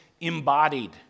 embodied